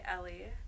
Ellie